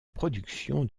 production